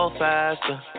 faster